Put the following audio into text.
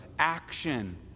Action